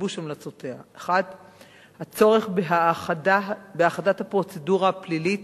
גיבוש המלצותיה: 1. הצורך בהאחדת הפרוצדורה הפלילית